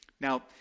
Now